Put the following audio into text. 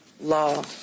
law